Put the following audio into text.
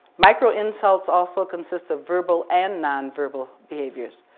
microinsults also consist of verbal and non-verbal behaviors,